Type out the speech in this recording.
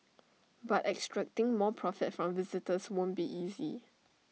but extracting more profit from visitors won't be easy